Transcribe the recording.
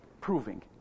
proving